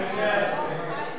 אורון.